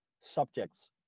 subjects